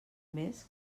més